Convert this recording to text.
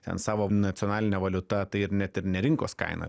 ten savo nacionaline valiuta tai ir net ir ne rinkos kaina